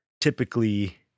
typically